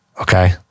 okay